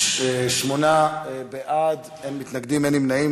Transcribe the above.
שמונה בעד, אין מתנגדים, אין נמנעים.